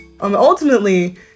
Ultimately